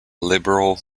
liberal